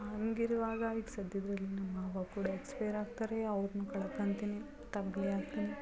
ಹಂಗಿರುವಾಗ ಈಗ ಸದ್ಯದಲ್ಲಿ ನಮ್ಮ ಮಾವ ಕೂಡ ಎಕ್ಸ್ಪೈರ್ ಆಗ್ತಾರೆ ಅವ್ರನ್ನ ಕಳ್ಕೊತಿನಿ ತಬ್ಬಲಿ ಆಗ್ತೀನಿ